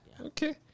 okay